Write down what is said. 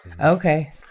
okay